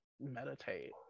meditate